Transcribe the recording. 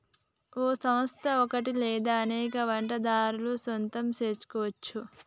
ఓ సంస్థ ఒకటి లేదా అనేక వాటాదారుల సొంతం సెసుకోవచ్చు